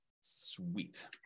Sweet